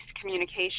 communication